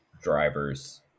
drivers